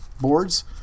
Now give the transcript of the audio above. boards